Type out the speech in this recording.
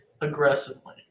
aggressively